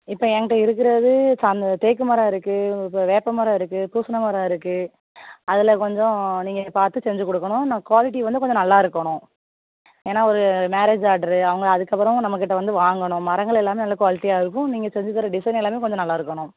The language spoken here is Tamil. இப்போ என் கிட்டே இருக்கிறது சந் தேக்கு மரம் இருக்குது இப்போ வேப்ப மரம் இருக்குது பூசண மரம் இருக்குது அதில் கொஞ்சம் நீங்கள் பார்த்து செஞ்சு கொடுக்கணும் நான் குவாலிட்டி வந்து கொஞ்சம் நல்லா இருக்கணும் ஏன்னால் ஒரு மேரேஜ் ஆர்ட்ரு அவங்க அதுக்கு அப்புறம் நம்மக் கிட்டே வந்து வாங்கணும் மரங்களெல்லாமே நல்ல குவாலிட்டியாே இருக்கும் நீங்கள் செஞ்சு தர டிசையின் எல்லாமே கொஞ்சம் நல்லா இருக்கணும்